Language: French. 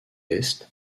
est